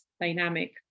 dynamic